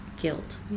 guilt